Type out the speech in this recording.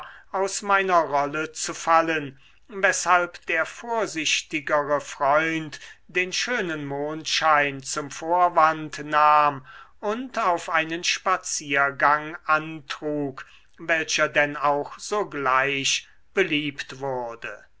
aus meiner rolle zu fallen weshalb der vorsichtigere freund den schönen mondschein zum vorwand nahm und auf einen spaziergang antrug welcher denn auch sogleich beliebt wurde